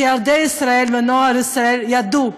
שילדי ישראל והנוער בישראל ידעו,